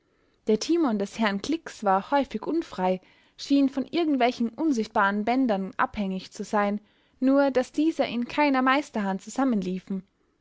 der timon des herrn klix war häufig unfrei schien von irgendwelchen unsichtbaren bändern abhängig zu sein nur daß diese in keiner meisterhand zusammenliefen